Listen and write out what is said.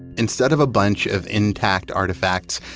instead of a bunch of intact artifacts,